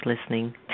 listening